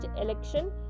election